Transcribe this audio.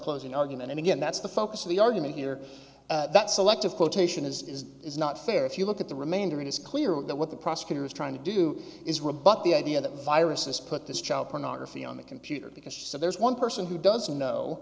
closing argument and again that's the focus of the argument here that selective quotation is is is not fair if you look at the remainder it is clear that what the prosecutor is trying to do is rebut the idea that viruses put this child pornography on the computer because so there's one person who doesn't know